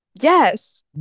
yes